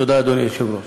תודה, אדוני היושב-ראש.